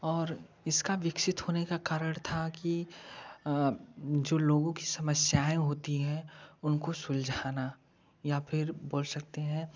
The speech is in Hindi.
और इसका विकसित होने का कारण था कि जो लोगों की समस्याएं होती है उनको सुलझाना या फिर बोल सकते हैं